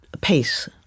pace